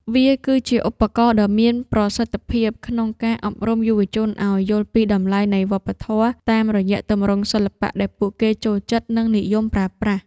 វាគឺជាឧបករណ៍ដ៏មានប្រសិទ្ធភាពក្នុងការអប់រំយុវជនឱ្យយល់ពីតម្លៃនៃវប្បធម៌ តាមរយៈទម្រង់សិល្បៈដែលពួកគេចូលចិត្ត និងនិយមប្រើប្រាស់។